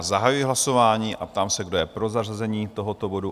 Zahajuji hlasování a ptám se, kdo je pro zařazení tohoto bodu?